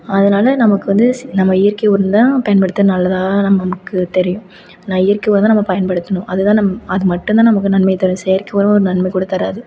அதனால் நமக்கு வந்து நம்ம இயற்கை உரம் தான் பயன்படுத்துகிறது நல்லா தான் நமக்கு தெரியும் ஆனால் இயற்கை வந்து நம்ம பயன்படுத்தணும் அது தான் நம் அது மட்டும் தான் நமக்கு நன்மை தரும் செயற்கை உரம் ஒரு நன்மை கூட தராது